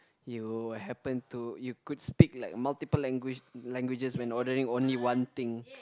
you will happen to you could speak like multiple language languages when ordering only one thing